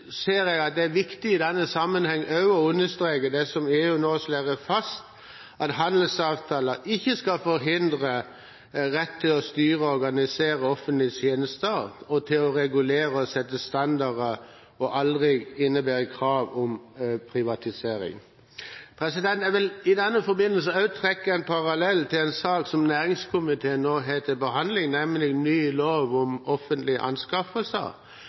ser jeg at det er viktig i denne sammenheng også å understreke det som EU nå slår fast, at handelsavtaler ikke skal forhindre rett til å styre og organisere offentlige tjenester og til å regulere og sette standarder, og aldri innebære krav om privatisering. Jeg vil i denne forbindelse også trekke en parallell til en sak som næringskomiteen nå har til behandling, nemlig ny lov om offentlige anskaffelser.